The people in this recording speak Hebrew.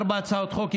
ארבע הצעות חוק הגשתי.